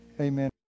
amen